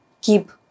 keep